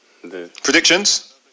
Predictions